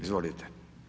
Izvolite.